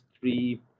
three